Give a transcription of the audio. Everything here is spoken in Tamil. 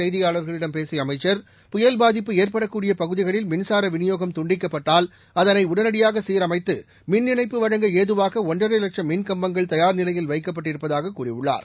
செய்தியாளர்களிடம் பேசியஅமைச்சர் புயல் பாதிப்பு ஏற்படக்கூடியபகுதிகளில் பின்னர் மின்சாரவிநியோகம் துண்டிக்கப்பட்டால் அதனைஉடனடியாகசீரமைத்து மிள் இணைப்பு வழங்க ஏதுவாகஒன்றரைவட்சம் மின் கம்பங்கள் தயார்நிலையில் வைக்கப்பட்டிருப்பதாககூறியுள்ளார்